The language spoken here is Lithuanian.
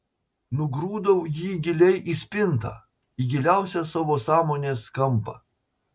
nugrūdau jį giliai į spintą į giliausią savo sąmonės kampą